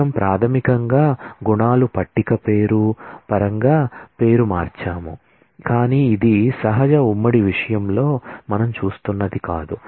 మనం ప్రాథమికంగా గుణాలు టేబుల్ పేరు పరంగా పేరు మార్చాము కాని ఇది సహజ ఉమ్మడి విషయంలో మనం చూస్తున్నది కాదు